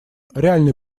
реальный